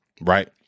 Right